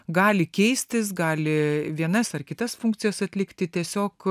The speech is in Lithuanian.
gali keistis gali vienas ar kitas funkcijas atlikti tiesiog